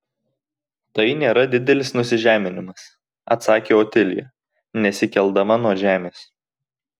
tai nėra didelis nusižeminimas atsakė otilija nesikeldama nuo žemės